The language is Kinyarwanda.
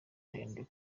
ndende